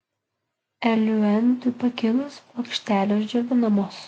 eliuentui pakilus plokštelės džiovinamos